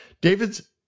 David's